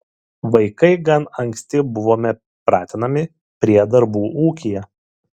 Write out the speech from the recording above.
vaikai gan anksti buvome pratinami prie darbų ūkyje